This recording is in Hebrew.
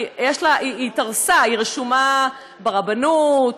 היא רשומה ברבנות,